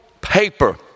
paper